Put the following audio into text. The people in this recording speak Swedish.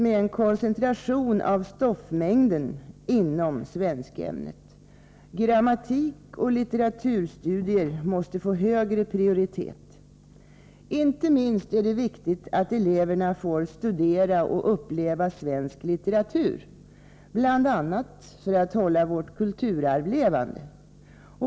En koncentration av stoffmängden inom svenskämnet är nödvändig. Grammatikoch litteraturstudier måste få högre prioritet. Inte minst är det viktigt att eleverna får studera och uppleva svensk litteratur, bl.a. för att hålla vårt kulturarv levande.